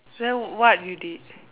then what you did